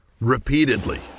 repeatedly